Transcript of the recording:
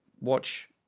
watch